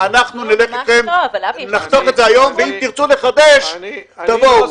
אנחנו נחתוך את זה היום ואם תרצו לחדש תבואו.